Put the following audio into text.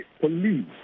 police